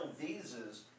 visas